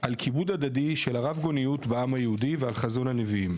על כיבוד הדדי של הרב-גוניות בעם היהודי ועל חזון הנביאים,